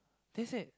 they said